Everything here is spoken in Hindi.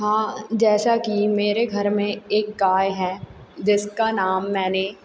हाँ जैसा कि मेरे घर में एक गाय है जिसका नाम मैंने